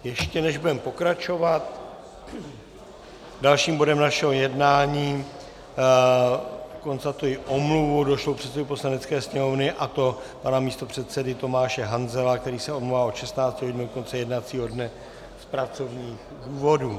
Ještě než budeme pokračovat dalším bodem našeho jednání, konstatuji omluvu došlou předsedovi Poslanecké sněmovny, a to pana místopředsedy Tomáše Hanzela, který se omlouvá od 16 hodin do konce jednacího dne z pracovních důvodů.